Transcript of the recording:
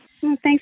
Thanks